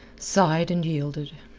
sighed and yielded.